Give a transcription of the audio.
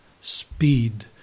speed